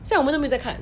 现在我们都没有在看